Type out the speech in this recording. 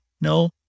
No